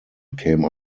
came